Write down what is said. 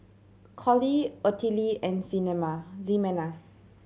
Collie Ottilie and Ximena